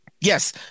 Yes